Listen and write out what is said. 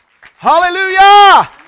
Hallelujah